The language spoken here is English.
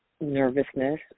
nervousness